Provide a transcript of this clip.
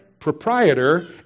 proprietor